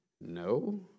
No